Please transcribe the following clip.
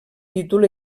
títol